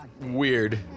weird